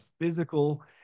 physical